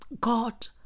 God